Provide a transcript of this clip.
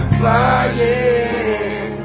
flying